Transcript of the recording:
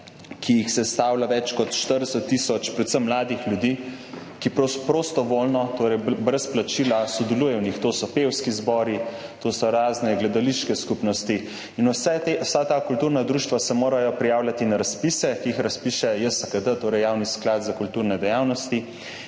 ki jih sestavlja več kot 40 tisoč predvsem mladih ljudi, ki prostovoljno, torej brez plačila, sodelujejo v njih … To so pevski zbori, to so razne gledališke skupnosti in vsa ta kulturna društva se morajo prijavljati na razpise, ki jih razpiše JSKD, torej Javni sklad za kulturne dejavnosti.